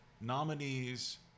nominees